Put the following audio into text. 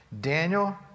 Daniel